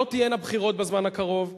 לא תהיינה בחירות בזמן הקרוב,